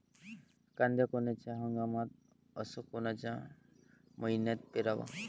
कांद्या कोनच्या हंगामात अस कोनच्या मईन्यात पेरावं?